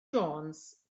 jones